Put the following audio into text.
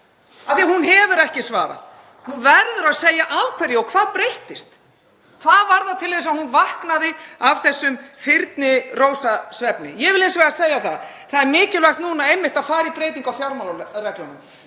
af því að hún hefur ekki svarað því. En hún verður að segja af hverju og hvað breyttist. Hvað varð til þess að hún vaknaði af þessum þyrnirósarsvefni? Ég vil hins vegar segja að það er mikilvægt einmitt núna að fara í breytingu á fjármálareglunum